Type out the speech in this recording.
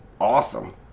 awesome